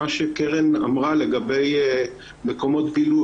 מה שקרן אמרה לגבי מקומות בילוי,